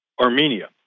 Armenia